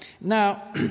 Now